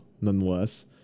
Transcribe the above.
nonetheless